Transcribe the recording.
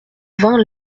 vint